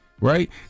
Right